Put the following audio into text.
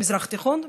במזרח התיכון.